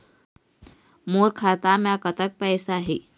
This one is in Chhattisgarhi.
मोर खाता मे कतक पैसा हे?